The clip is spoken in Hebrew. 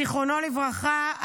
זיכרונו לברכה,